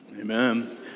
Amen